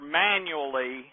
manually